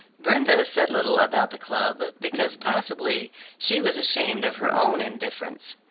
brenda said little about the club, because possibly she was ashamed of her own indifference.